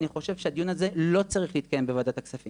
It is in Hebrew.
אני חושב שהדיון הזה לא צריך להתקיים בוועדת עובדים